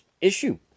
issue